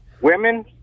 Women